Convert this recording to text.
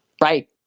right